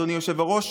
אדוני היושב-ראש,